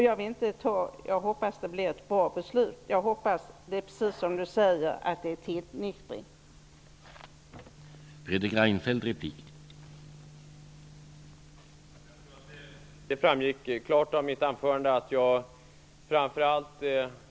Jag hoppas att det blir ett bra beslut och att det är precis som Fredrik Reinfeldt säger, dvs. att det är tillnyktring på gång.